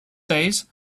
days